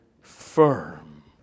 firm